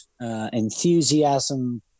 Enthusiasm